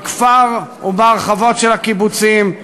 בכפר ובהרחבות של הקיבוצים,